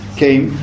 came